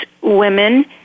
women